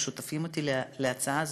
כשותפים אתי להצעה הזאת,